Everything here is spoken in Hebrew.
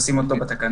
לשים אותו בתקנה.